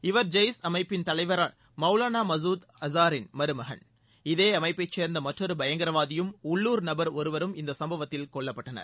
இவர் ஜெய்ஸ் அமைப்பின் தலைவர் மவுவானா மசூத் அசாரின் மருமகன் இதே அமைப்பை சோ்ந்த மற்றொரு பயங்கரவாதியும் உள்ளுர் நபர் ஒருவரும் இந்த சம்பவத்தில் கொல்லப்பட்டனர்